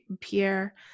Pierre